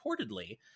Reportedly